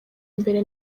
imbere